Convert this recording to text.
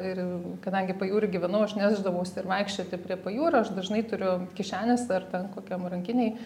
ir kadangi pajūry gyvenau aš nešdavausi ir vaikščioti prie pajūrio aš dažnai turiu kišenėse ar ten kokiam rankinėj